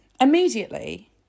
immediately